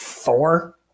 four